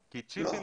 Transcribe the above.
אפטיבי.